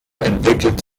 entwickelt